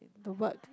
the word